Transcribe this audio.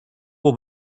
will